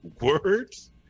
words